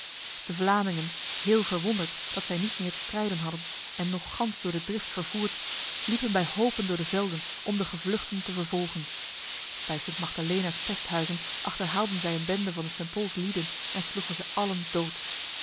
de vlamingen heel verwonderd dat zij niet meer te strijden hadden en nog gans door de drift vervoerd liepen bij hopen door de velden om de gevluchten te vervolgen bij sint magdalenas pesthuizen achterhaalden zij een bende van de st pols lieden en sloegen ze allen dood